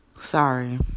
Sorry